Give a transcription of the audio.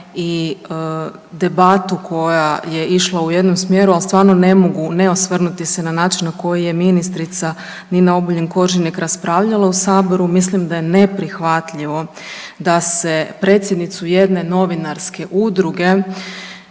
i debatu koja je išla u jednom smjeru ali stvarno ne mogu ne osvrnuti se na način na koji je ministrica Nina Obuljen Koržinek raspravljala u Saboru, mislim da je neprihvatljivo da se predsjednicu jedne novinarske udruge